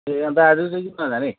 ए अनि त आज चाहिँ किन नजाने